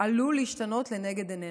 עלול להשתנות לנגד עינינו,